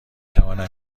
توانم